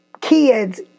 Kids